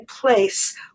place